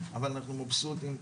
אבל אנחנו מבסוטים.